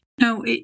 no